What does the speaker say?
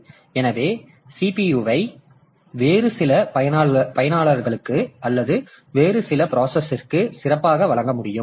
எனவே CPU ஐ வேறு சில பயனர்களுக்கு அல்லது வேறு சில ப்ராசஸ் இருக்கு சிறப்பாக வழங்க முடியும்